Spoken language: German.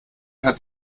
hat